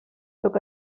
sóc